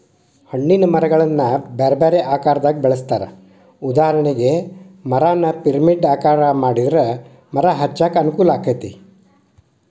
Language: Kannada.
ಹಣ್ಣಿನ ಮರಗಳನ್ನ ಬ್ಯಾರ್ಬ್ಯಾರೇ ಆಕಾರದಾಗ ಬೆಳೆಸ್ತಾರ, ಉದಾಹರಣೆಗೆ, ಮರಾನ ಪಿರಮಿಡ್ ಆಕಾರ ಮಾಡಿದ್ರ ಮರ ಹಚ್ಚಾಕ ಅನುಕೂಲಾಕ್ಕೆತಿ